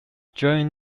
during